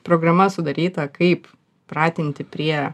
programa sudaryta kaip pratinti prie